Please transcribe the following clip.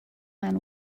man